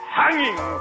hanging